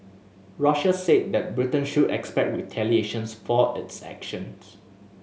Russia said that Britain should expect retaliations for its actions